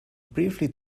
briefly